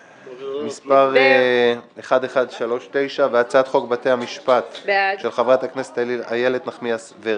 מס' 1139 והצעת חוק בתי המשפט של חברת הכנסת איילת נחמיאס ורבין.